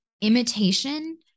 imitation